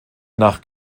nach